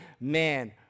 man